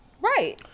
Right